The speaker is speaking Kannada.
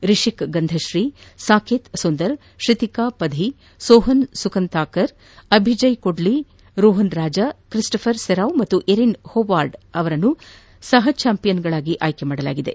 ರಿಶಿಕ್ ಗಂಧಶ್ರೀ ಸಾಕೇತ್ ಸುಂದರ್ ಶ್ವತಿಕಾ ಪಧಿ ಸೋಹನ್ ಸುಖತಾಂಕರ್ ಅಭಿಜಯ್ ಕೊಡಲಿ ರೋಹನ್ ರಾಜಾ ಕ್ರಿಸ್ಟೋಫರ್ ಸೆರಾವ್ ಮತ್ತು ಎರಿನ್ ಹೋವಾರ್ಡ್ ಅವರನ್ನು ಸಹ ಚಾಂಪಿಯನ್ಗಳನ್ನಾಗಿ ಆಯ್ಕೆ ಮಾದಲಾಗಿದೆ